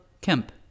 Kemp